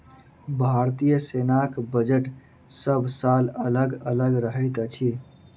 भारतीय सेनाक बजट सभ साल अलग अलग रहैत अछि